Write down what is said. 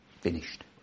Finished